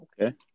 Okay